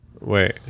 wait